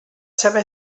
seva